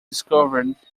discovered